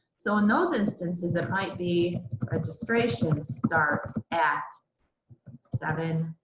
so in those instances that might be registration starts at seven